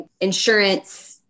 insurance